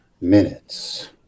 minutes